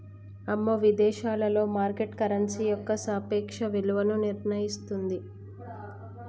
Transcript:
అమ్మో విదేశాలలో market currency యొక్క సాపేక్ష విలువను నిర్ణయిస్తుంది